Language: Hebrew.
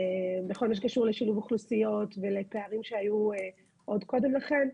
בכל מה שקשור לשילוב אוכלוסיות ולפערים שהיו עוד קודם לכן.